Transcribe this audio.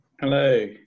hello